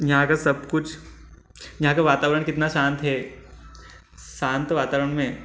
यहाँ का सब कुछ यहाँ का वातावरण कितना शांत है शांत वातावरण में